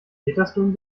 petersdom